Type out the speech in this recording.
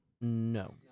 No